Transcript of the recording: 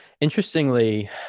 interestingly